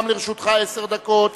גם לרשותך עשר דקות.